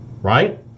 right